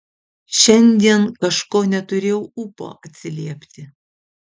šiandien kažko neturėjau ūpo atsiliepti